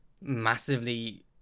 massively